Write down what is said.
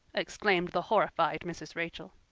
exclaimed the horrified mrs. rachel.